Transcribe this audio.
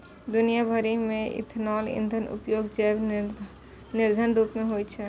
दुनिया भरि मे इथेनॉल ईंधनक उपयोग जैव ईंधनक रूप मे होइ छै